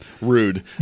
rude